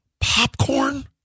Popcorn